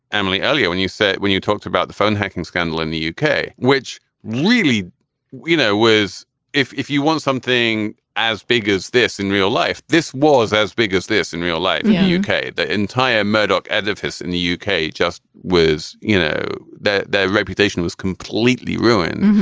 emily earlier when you said when you talked about the phone hacking scandal in the u k. which really you know was if if you want something as big as this in real life this was as big as this in real life in the u k. the entire murdoch edifice in the u k. just was you know that their reputation was completely ruined.